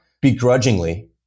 begrudgingly